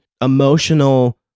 emotional